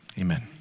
Amen